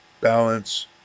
balance